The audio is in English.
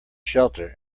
shelter